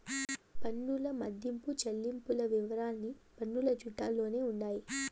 పన్నుల మదింపు చెల్లింపుల వివరాలన్నీ పన్నుల చట్టాల్లోనే ఉండాయి